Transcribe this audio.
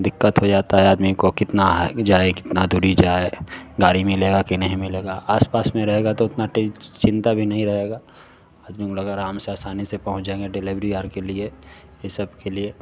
दिक्कत हो जाता है आदमी को कितना जाए कितना दूरी जाए गाड़ी मिलेगा कि नहीं मिलेगा आस पास में रहेगा तो उतना टेन चिंता भी नहीं रहेगा आदमी मोला आराम से आसानी से पहुँच जाएगे डिलेवरी और के लिए ये सब के लिए